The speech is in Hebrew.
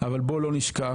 אבל בוא לא נשכח,